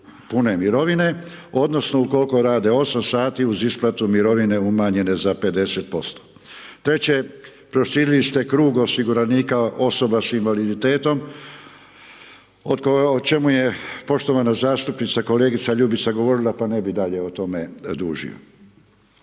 pune mirovine odnosno ukolko rade 8 sati uz isplatu mirovine umanjenje za 50% te će proširili ste krug osiguranika osoba s invaliditetom o čemu je poštovana zastupnica kolegica Ljubica govorila pa ne bi dalje o tome dužio.